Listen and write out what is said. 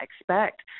expect